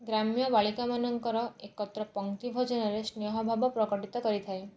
ଗ୍ରାମ୍ୟ ବାଳିକାମାନଙ୍କର ଏକତ୍ର ପଂକ୍ତି ଭୋଜନରେ ସ୍ନେହ ଭାବ ପ୍ରକଟିତ କରିଥାଏ